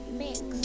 mix